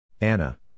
Anna